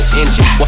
engine